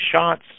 shots